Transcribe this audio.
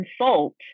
consult